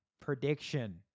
Prediction